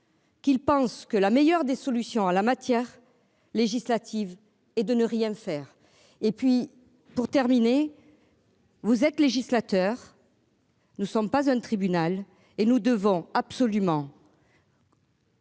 Qu'il pense que la meilleure des solutions en la matière législative et de ne rien faire et puis pour terminer. Vous êtes législateur. Nous ne sommes pas un tribunal. Et nous devons absolument.